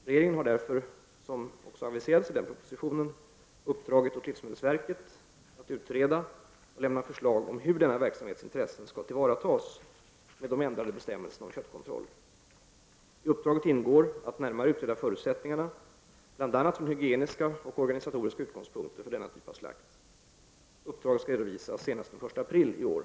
Regeringen har därför — såsom aviserades i den propositionen — uppdragit åt livsmedelsverket att utreda och lämna förslag om hur denna verksamhets intressen skall tillvaratas i samband med de ändrade bestämmelserna om köttkontroll. I uppdraget ingår att närmare utreda förutsättningarna, bl.a. från hygieniska och organisatoriska utgångspunkter, för denna typ av slakt. Uppdraget skall redovisas senast den 1 april i år.